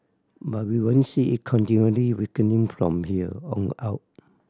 but we won't see it continually weakening from here on out